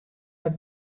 wat